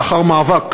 לאחר מאבק